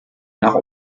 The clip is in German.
nach